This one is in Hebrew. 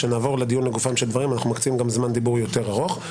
כשנעבור לדיון לגופם של דברים אנחנו מקצים זמן דיבור יותר ארוך.